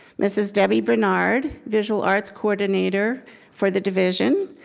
mrs. debbie bernard, visual arts coordinator for the division,